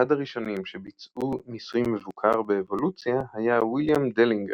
אחד הראשונים שביצעו ניסוי מבוקר באבולוציה היה ויליאם דלינגר,